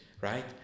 right